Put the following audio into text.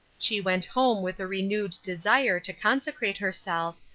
she went home with a renewed desire to consecrate herself,